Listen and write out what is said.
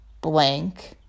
blank